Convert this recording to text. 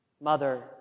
mother